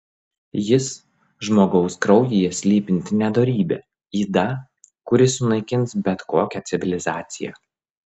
jis žmogaus kraujyje slypinti nedorybė yda kuri sunaikins bet kokią civilizaciją